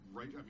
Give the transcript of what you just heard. right